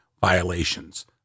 violations